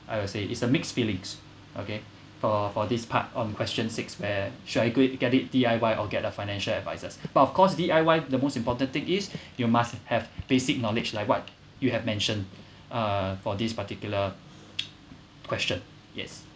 I would say it's a mixed feelings okay for for this part on question six where should I go and get it D_I_Y or get a financial advisers but of course D_I_Y the most important thing is you must have basic knowledge like what you have mentioned uh for this particular question yes